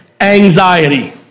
anxiety